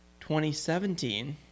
2017